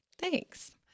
Thanks